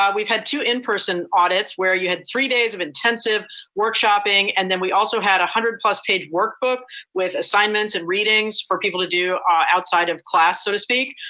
ah we've had two in-person audits where you had three days of intensive workshopping, and then we also had a hundred plus page workbook with assignments and readings for people to do outside of class, so to speak,